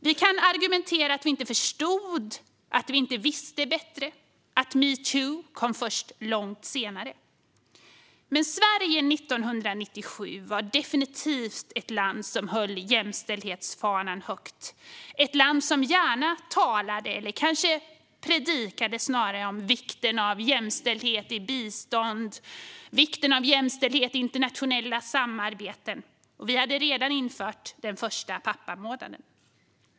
Vi kan argumentera att vi inte förstod, att vi inte visste bättre, att metoo kom först långt senare. Men Sverige 1997 var definitivt ett land som höll jämställdhetsfanan högt, ett land som gärna talade eller kanske snarare predikade om vikten av jämställdhet i bistånd och vikten av jämställdhet i internationella samarbeten. Och vi hade redan infört den första pappamånaden.